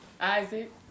Isaac